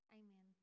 amen